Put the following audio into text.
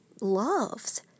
loves